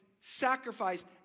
sacrificed